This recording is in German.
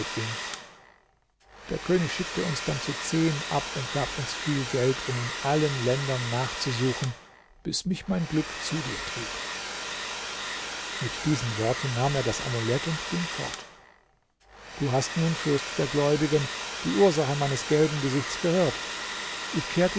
der könig schickte uns dann zu zehn ab und gab uns viel geld um in allen ländern nachzusuchen bis mich mein glück zu dir trieb mit diesen worten nahm er das amulett und ging fort du hast nun fürst der gläubigen die ursache meines gelben gesichts gehört ich kehrte